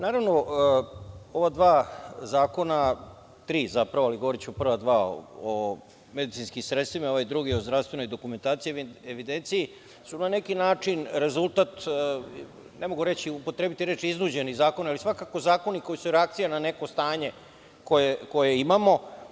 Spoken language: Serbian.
Naravno, ova dva zakona, zapravo tri, ali govoriću o prva dva, o medicinskim sredstvima i o zdravstvenoj dokumentaciji i evidenciji, su na neki način rezultat, ne mogu upotrebiti reči iznuđeni zakoni, ali svakako zakoni koji su reakcija na neko stanje koje imamo.